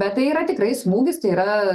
bet tai yra tikrai smūgis tai yra